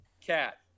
Cat